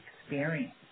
experience